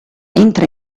entra